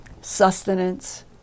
sustenance